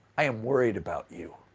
i'm worried about you.